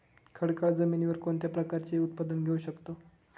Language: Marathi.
खडकाळ जमिनीवर कोणत्या प्रकारचे उत्पादन घेऊ शकतो?